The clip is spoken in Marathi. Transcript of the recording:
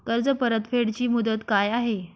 कर्ज परतफेड ची मुदत काय आहे?